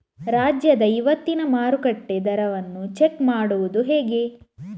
ರಾಜ್ಯದ ಇವತ್ತಿನ ಮಾರುಕಟ್ಟೆ ದರವನ್ನ ಚೆಕ್ ಮಾಡುವುದು ಹೇಗೆ?